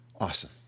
awesome